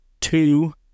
two